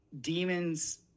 demons